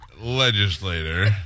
legislator